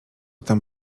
tam